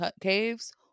caves